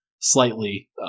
slightly